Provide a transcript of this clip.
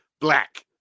black